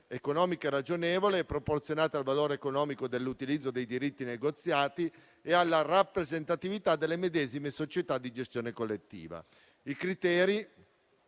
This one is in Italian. economiche ragionevoli e proporzionate al valore economico dell'utilizzo dei diritti negoziati e alla rappresentatività delle medesime società di gestione collettiva. I criteri